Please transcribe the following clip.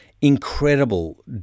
incredible